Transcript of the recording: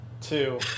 Two